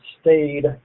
stayed